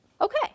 Okay